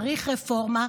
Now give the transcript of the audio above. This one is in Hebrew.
צריך רפורמה,